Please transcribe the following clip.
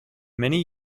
many